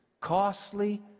Costly